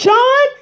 John